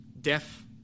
deaf